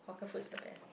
hawker food is the best